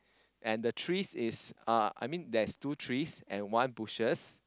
and the trees is uh I mean there's two trees and one bushes